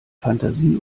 fantasie